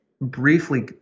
briefly